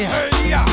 Hey